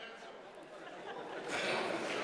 לכבוד הרצוג.